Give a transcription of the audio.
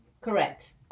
Correct